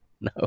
No